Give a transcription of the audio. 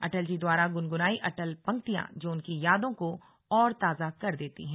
अटल जी द्वारा गुनगुनायी अटल पंक्तियां जो उनकी यादों को और ताजा कर देती हैं